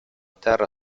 terra